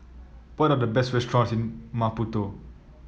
what are the best restaurants in Maputo